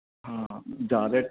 ਹਾਂ ਜ਼ਿਆਦਾ